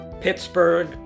Pittsburgh